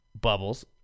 Bubbles